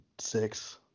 six